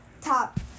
top